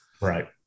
Right